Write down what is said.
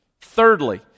Thirdly